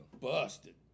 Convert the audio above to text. Busted